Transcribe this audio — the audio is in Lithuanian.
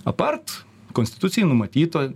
apart konstitucijoj numatyto